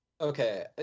Okay